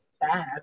bad